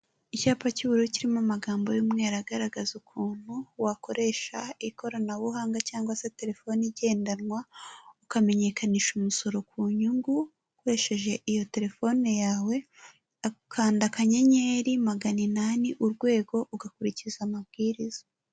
Icyapa cy'uburu kirimo amagambo y'umweru agaragaza ukuntu wakoresha ikoranabuhanga cyangwa se telefoni igendanwa, ukamenyekanisha umusoro ku nyungu ukoresheje iyo telefone yawe, ukanda akanyenyeri, magana inani, urwego ugakurikiza amabwiriza.